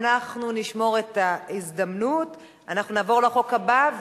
אנחנו עוברים לנושא הבא בסדר-היום,